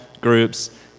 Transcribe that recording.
groups